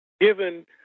given